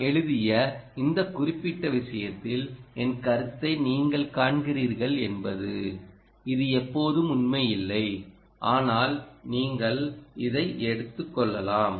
நான் எழுதிய இந்த குறிப்பிட்ட விஷயத்தில் என் கருத்தை நீங்கள் காண்கிறீர்கள் என்பது இது எப்போதும் உண்மை இல்லை ஆனால் நீங்கள் இதை எடுத்துக் கொள்ளலாம்